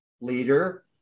leader